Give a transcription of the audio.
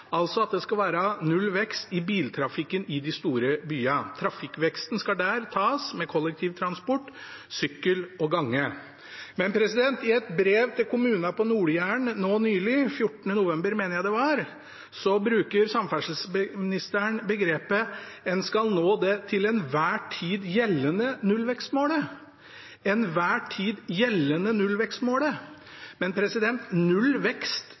altså at det skal være null vekst i biltrafikken i de store byene, og at trafikkveksten der skal tas med kollektivtransport, sykkel og gange. I et brev til kommunene på Nord-Jæren nå nylig – 14. november, mener jeg det var – bruker samferdselsministeren formuleringen at en skal nå det til enhver tid gjeldende nullvekstmålet. Men null vekst er null vekst.